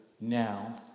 now